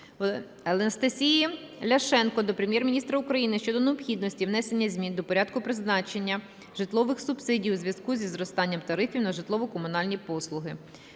Анастасії Ляшенко до Прем'єр-міністра України щодо необхідності внесення змін до порядку призначення житлових субсидій у зв'язку зі зростанням тарифів на житлово-комунальні послуги.